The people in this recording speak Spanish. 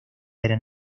eran